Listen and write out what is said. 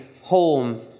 home